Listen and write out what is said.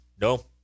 no